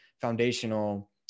foundational